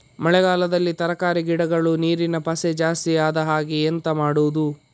ಮಳೆಗಾಲದಲ್ಲಿ ತರಕಾರಿ ಗಿಡಗಳು ನೀರಿನ ಪಸೆ ಜಾಸ್ತಿ ಆಗದಹಾಗೆ ಎಂತ ಮಾಡುದು?